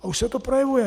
A už se to projevuje.